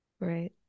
Right